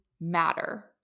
matter